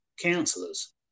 councillors